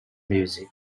music